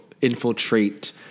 infiltrate